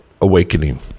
awakening